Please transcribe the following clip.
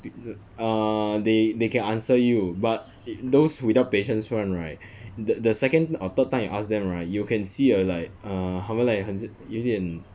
err they they can answer you but those without patience one right the the second or third time you ask them right you can see err like uh 他们 like 很像有一点